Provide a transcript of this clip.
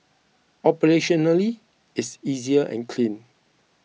operationally it's easy and clean